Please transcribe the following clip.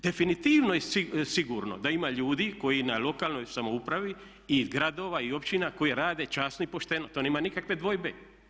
Definitivno je sigurno da ima ljudi koji na lokalnoj samoupravi i gradova i općina koji rade časno i pošteno, to nemam nikakve dvojbe.